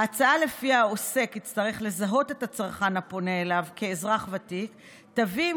ההצעה שלפיה עוסק יצטרך לזהות את הצרכן הפונה אליו כאזרח ותיק תביא,